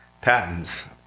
patents